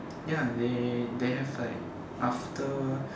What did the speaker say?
ya they they have like after